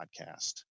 podcast